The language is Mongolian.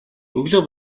өглөө